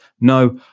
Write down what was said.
No